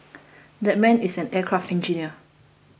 that man is an aircraft engineer